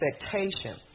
expectation